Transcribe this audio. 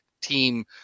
team